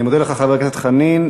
אני מודה לך, חבר הכנסת חנין.